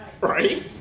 Right